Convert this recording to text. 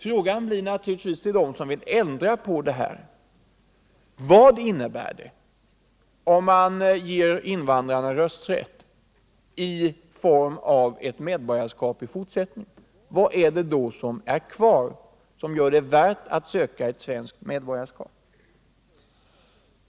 Frågan till dem som vill ha en ändring blir då naturligtvis: Vad innebär det att ge invandrarna rösträtt i form av medborgarskap i fortsättningen? Vad är det då som blir kvar och som gör det värt att söka svenskt medborgarskap?